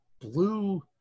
blue